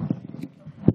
אדוני,